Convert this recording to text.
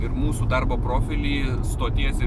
ir mūsų darbo profilį stoties